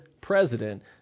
president